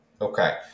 Okay